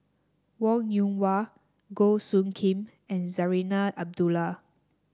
Wong Yoon Wah Goh Soo Khim and Zarinah Abdullah